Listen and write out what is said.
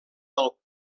del